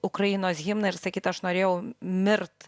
ukrainos himną ir sakyti aš norėjau mirt